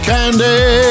Candy